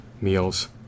meals